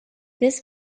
this